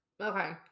Okay